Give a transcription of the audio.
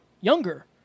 younger